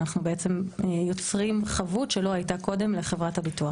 אנחנו בעצם יוצרים חבות שלא הייתה קודם לחברת הביטוח.